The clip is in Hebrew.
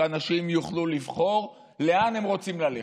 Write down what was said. כדי שאנשים יוכלו לבחור לאן הם רוצים ללכת.